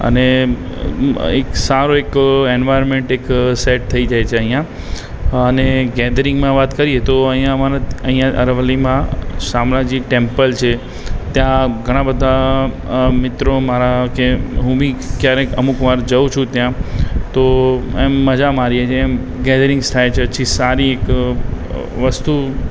અને એક સારું એક એન્વાયરમેન્ટ એક સેટ થઈ જાય છે અહીંયા અને ગેધરિંગમાં વાત કરીએ તો અહીંયા અમારે અરવલ્લીમાં શામળાજી ટેમ્પલ છે ત્યાં ઘણા બધા મિત્રો મારા છે રૂમી ક્યારેક અમુકવાર જાઉં છું ત્યાં તો એમ મજા મારીએ છીએ એમ ગેધરિંગ્સ થાય છે જે સારી એક વસ્તુ